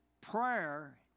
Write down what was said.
prayer